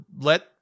let